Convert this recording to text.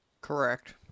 Correct